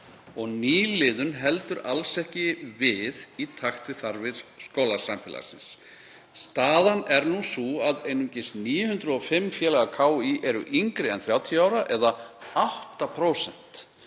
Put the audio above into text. og nýliðun heldur alls ekki í við í takt við þarfir skólasamfélagsins. Staðan er nú sú að aðeins 905 félagar KÍ eru yngri en 30 ára eða 8%